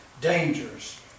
dangers